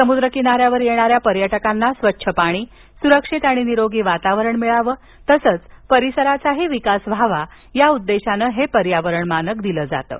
समुद्र किनाऱ्यावर येणाऱ्या पर्यटकांना स्वच्छ पाणी सुरक्षित आणि निरोगी वातावरण मिळावं तसंच परिसराचा विकास साधावा या उद्वेशाने हे पर्यावरण मानक देण्यात येतं